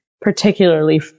particularly